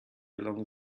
along